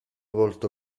volto